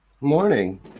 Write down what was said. Morning